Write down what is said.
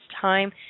time